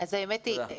תודה.